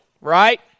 right